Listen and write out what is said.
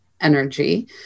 energy